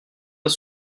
pas